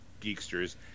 Geeksters